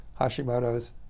Hashimoto's